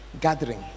gathering